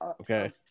Okay